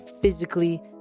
physically